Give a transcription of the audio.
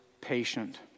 patient